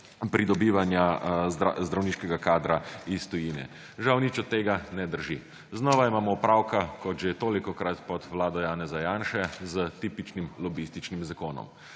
pridobivanja zdravniškega kadra iz tujine žal nič od tega ne drži. Znova imamo opravka kot že toliko krat po Vlado Janeza Janše s tipičnim lobističnim zakonom.